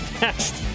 next